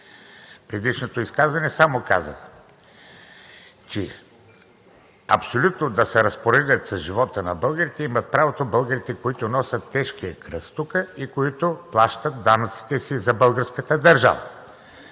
предишното изказване само казах, че абсолютно да се разпореждат с живота на българите имат правото българите, които носят тежкия кръст тук и които плащат данъците си за българската държава.